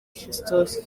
christophe